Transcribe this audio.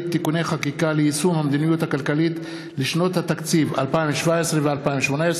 (תיקוני חקיקה ליישום המדיניות הכלכלית לשנות התקציב 2017 ו-2018),